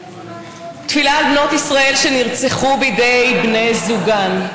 תפילה על בנות ישראל שנרצחו בידי בני זוגן,